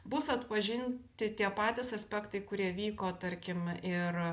bus atpažinti tie patys aspektai kurie vyko tarkim ir